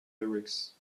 lyrics